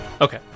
Okay